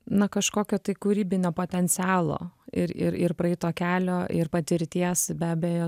na kažkokio tai kūrybinio potencialo ir ir ir praeito kelio ir patirties be abejo